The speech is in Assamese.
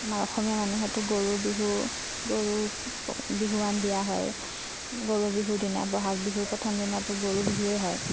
আমাৰ অসমীয়া মানুহেতো গৰুৰ বিহু গৰুক বিহুৱান দিয়া হয় গৰু বিহুৰ দিনা বহাগ বিহুৰ প্ৰথম দিনাটো গৰু বিহুৱে হয়